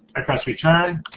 i press return.